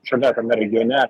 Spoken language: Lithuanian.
šalia tame regione